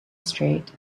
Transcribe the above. straight